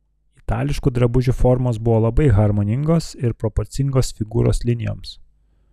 itališkų drabužių formos buvo labai harmoningos ir proporcingos figūros linijoms